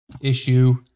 issue